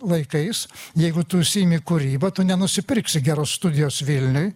laikais jeigu tu užsiimi kūryba tu nenusipirksi geros studijos vilniuj